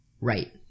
right